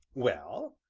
well?